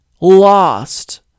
lost